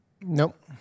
Nope